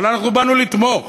אבל אנחנו באנו לתמוך